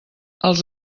els